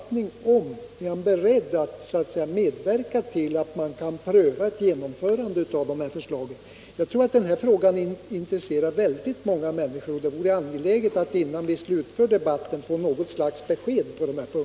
Är industriministern beredd att medverka till att man prövar om dessa förslag kan genomföras? Jag tror att denna fråga intresserar många människor, och det vore värdefullt att vi, innan vi slutar denna debatt, fick något slags besked på den punkten.